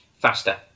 faster